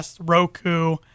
Roku